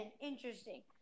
Interesting